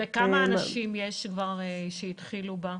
וכמה אנשים כבר התחילו בה?